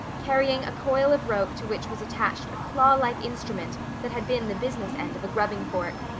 carrying a coil of rope to which was attached a claw-like instrument that had been the business end of a grubbing fork.